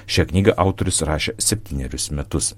šią knygą autorius rašė septynerius metus